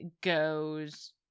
goes